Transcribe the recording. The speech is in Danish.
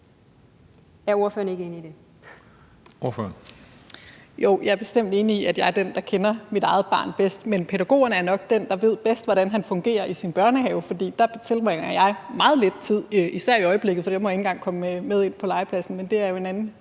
Sophie Callesen (RV): Jo, jeg er bestemt enig i, at jeg er den, der kender mit eget barn bedst, men pædagogerne er nok dem, der bedst ved, hvordan han fungerer i sin børnehave, for der tilbringer jeg meget lidt tid, især i øjeblikket, for der må jeg ikke engang komme med ind på legepladsen, men det er jo en anden